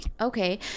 okay